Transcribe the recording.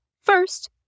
First